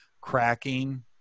cracking